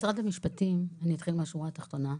משרד המשפטים, אני אתחיל מהשורה התחתונה,